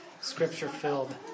Scripture-filled